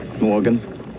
Morgan